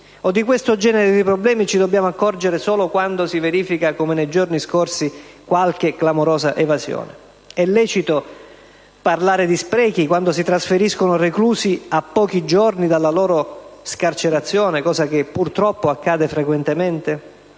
O di questo genere di problemi ci dobbiamo accorgere solo quando si verifica, come nei giorni scorsi, qualche clamorosa evasione? È lecito parlare di sprechi quando si trasferiscono reclusi a pochi giorni dalla loro scarcerazione, cosa che purtroppo accade frequentemente?